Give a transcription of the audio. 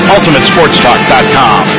UltimateSportsTalk.com